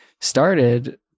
started